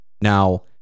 now